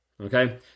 Okay